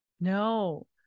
No